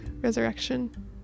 resurrection